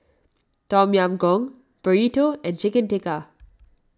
Tom Yam Goong Burrito and Chicken Tikka